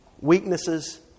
weaknesses